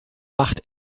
macht